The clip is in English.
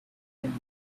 and